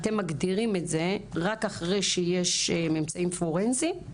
אתם מגדירים את זה רק אחרי שיש ממצאים פורנזיים?